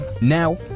Now